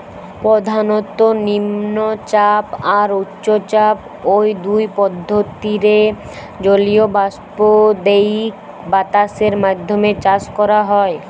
প্রধানত নিম্নচাপ আর উচ্চচাপ, ঔ দুই পদ্ধতিরে জলীয় বাষ্প দেইকি বাতাসের মাধ্যমে চাষ করা হয়